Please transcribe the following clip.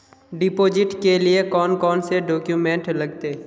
Deposit के लिए कौन कौन से डॉक्यूमेंट लगते?